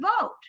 vote